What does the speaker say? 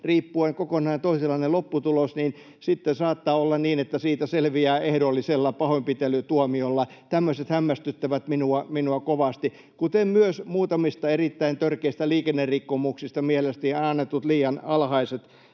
riippuen kokonaan toisenlainen lopputulos, selviää ehdollisella pahoinpitelytuomiolla. Tämmöiset hämmästyttävät minua kovasti, kuten myös muutamista erittäin törkeistä liikennerikkomuksista annetut mielestäni liian alhaiset